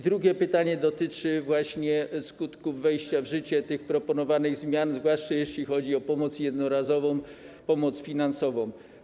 Drugie pytanie dotyczy skutków wejścia w życie tych proponowanych zmian, zwłaszcza jeśli chodzi o pomoc jednorazową, pomoc finansową.